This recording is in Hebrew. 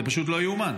זה פשוט לא יאומן.